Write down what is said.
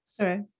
Sure